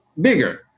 bigger